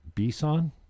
Bison